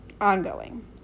ongoing